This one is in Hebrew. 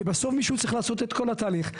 כי בסוף מישהו צריך לעשות את כל התהליך.